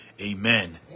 amen